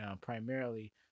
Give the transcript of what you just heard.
primarily